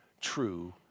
true